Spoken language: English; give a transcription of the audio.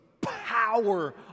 power